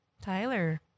Tyler